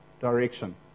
direction